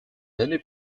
many